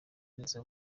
neza